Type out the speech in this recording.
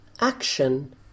action